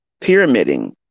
Pyramiding